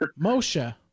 Moshe